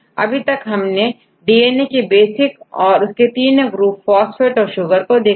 अभी तक हमने DNA के बेसिक उसके तीनों ग्रुप फास्फेट और शुगर को देखा